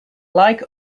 like